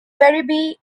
werribee